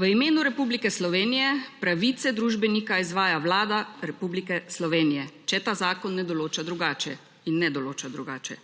v imenu Republike Slovenije pravice družbenika izvaja Vlada Republike Slovenije, če ta zakon ne določa drugače in ne določa drugače.